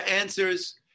answers